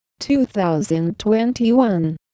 2021